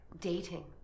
dating